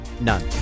none